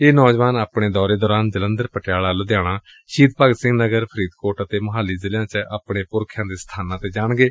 ਇਹ ਨੌਜਵਾਨ ਆਪਣੇ ਦੌਰੇ ਦੌਰਾਨ ਜਲੰਧਰ ਪਟਿਆਲਾ ਲੁਧਿਆਣਾ ਸ਼ਹੀਦ ਭਗਤ ਸੰਘ ਨਗਰ ਫਰੀਦਕੋਟ ਅਤੇ ਮੋਹਾਲੀ ਜ਼ਿਲ੍ਹਿਆਂ ਚ ਆਪਣੇ ਪੁਰਖਿਆਂ ਦੇ ਸਬਾਨਾਂ ਤੇ ਜਾਣਗੇ